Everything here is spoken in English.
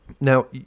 Now